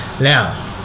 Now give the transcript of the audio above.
Now